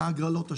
מההגרלות השונות,